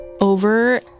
over